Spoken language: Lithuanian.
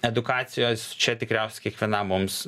edukacijos čia tikriausiai kiekvienam mums